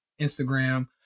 Instagram